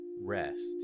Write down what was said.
rest